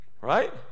Right